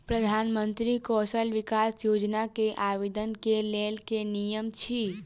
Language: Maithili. प्रधानमंत्री कौशल विकास योजना केँ आवेदन केँ लेल की नियम अछि?